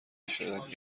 شدنی